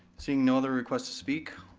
seeing no other requests to speak,